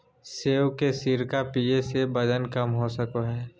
सेब के सिरका पीये से वजन कम हो सको हय